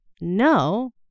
No